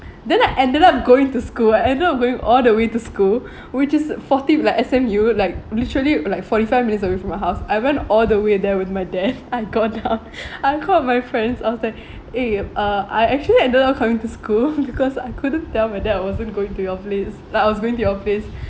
then I ended up going to school I ended up going all the way to school which is forty like S_M_U like literally like forty-five minutes away from my house I went all the way there with my dad I got down I called my friends I was like eh uh I actually ended up coming to school because I couldn't tell my dad I wasn't going to your place like I was going to your place